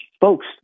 Folks